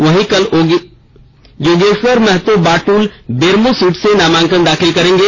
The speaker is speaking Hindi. वहीं कल योगेश्वर महतो बाटुल बेरमो सीट से नामांकन दाखिल करेंगे